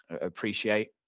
appreciate